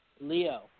Leo